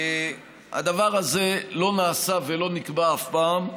הדבר הזה לא נעשה ולא נקבע אף פעם,